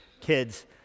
kids